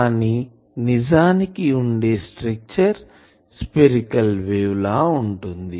కానీ నిజానికి వుండే స్ట్రక్చర్ స్పెరికల్ వేవ్ లా ఉంటుంది